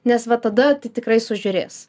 nes vat tada tai tikrai sužiūrės